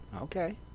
okay